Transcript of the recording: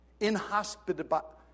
inhospitable